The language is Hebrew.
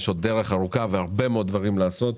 יש עוד דרך ארוכה ועוד הרבה דברים לעשות.